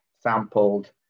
sampled